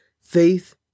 Faith